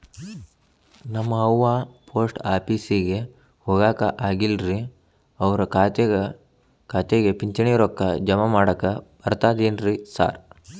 ನಮ್ ಅವ್ವ ಪೋಸ್ಟ್ ಆಫೇಸಿಗೆ ಹೋಗಾಕ ಆಗಲ್ರಿ ಅವ್ರ್ ಖಾತೆಗೆ ಪಿಂಚಣಿ ರೊಕ್ಕ ಜಮಾ ಮಾಡಾಕ ಬರ್ತಾದೇನ್ರಿ ಸಾರ್?